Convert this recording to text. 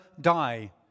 die